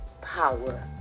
power